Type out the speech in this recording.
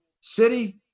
city